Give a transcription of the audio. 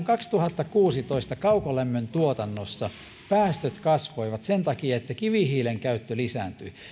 kaksituhattakuusitoista kaukolämmön tuotannossa päästöt kasvoivat sen takia että kivihiilen käyttö lisääntyi